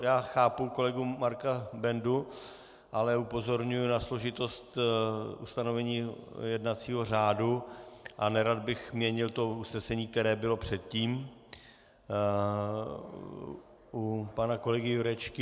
Já chápu kolegu Marka Bendu, ale upozorňuji na složitost ustanovení jednacího řádu a nerad bych měnil to usnesení, které bylo předtím u pana kolegy Jurečky.